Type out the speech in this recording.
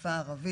לשפה הערבית.